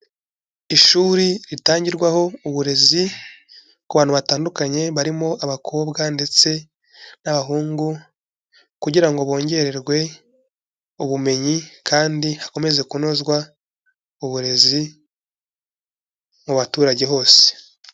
Ishuri ritangirwaho uburezi ku bantu batandukanye barimo abakobwa ndetse n'abahungu, kugira ngo bongererwe ubumenyi kandi hakomeze kunozwa uburezi mu baturage hose.